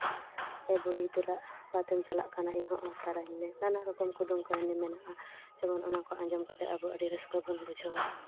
ᱮ ᱵᱩᱲᱦᱤ ᱫᱮᱞᱟ ᱚᱠᱟᱛᱮᱢ ᱪᱟᱞᱟᱜ ᱠᱟᱱᱟ ᱤᱧ ᱦᱚᱸ ᱚᱨ ᱛᱚᱨᱟᱧ ᱢᱮ ᱱᱟᱱᱟ ᱨᱚᱠᱚᱢ ᱠᱩᱫᱩᱢ ᱠᱟᱹᱦᱱᱤ ᱢᱮᱱᱟᱜᱼᱟ ᱡᱮᱢᱚᱱ ᱚᱱᱟ ᱠᱚ ᱟᱸᱡᱚᱢ ᱠᱟᱛᱮ ᱟᱹᱰᱤ ᱨᱟᱹᱥᱠᱟᱹ ᱵᱚᱱ ᱵᱩᱡᱷᱟᱹᱣᱟ